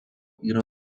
yra